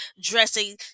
dressing